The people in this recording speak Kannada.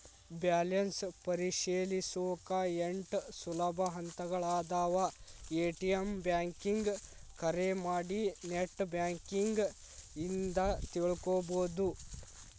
ಬ್ಯಾಲೆನ್ಸ್ ಪರಿಶೇಲಿಸೊಕಾ ಎಂಟ್ ಸುಲಭ ಹಂತಗಳಾದವ ಎ.ಟಿ.ಎಂ ಬ್ಯಾಂಕಿಂಗ್ ಕರೆ ಮಾಡಿ ನೆಟ್ ಬ್ಯಾಂಕಿಂಗ್ ಇಂದ ತಿಳ್ಕೋಬೋದು